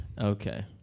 Okay